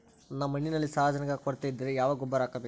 ನನ್ನ ಮಣ್ಣಿನಲ್ಲಿ ಸಾರಜನಕದ ಕೊರತೆ ಇದ್ದರೆ ಯಾವ ಗೊಬ್ಬರ ಹಾಕಬೇಕು?